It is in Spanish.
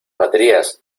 baterías